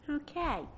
Okay